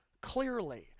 clearly